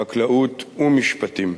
החקלאות והמשפטים.